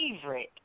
favorite